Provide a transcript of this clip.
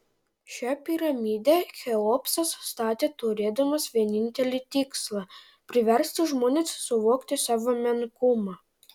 šią piramidę cheopsas statė turėdamas vienintelį tikslą priversti žmones suvokti savo menkumą